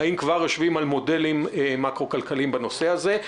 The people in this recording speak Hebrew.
האם כבר יושבים על מודלים מקרו-כלכליים בנושא הזה?